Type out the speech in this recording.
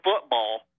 football